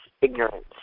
ignorance